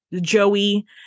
Joey